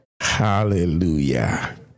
Hallelujah